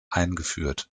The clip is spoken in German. eingeführt